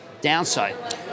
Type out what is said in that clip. downside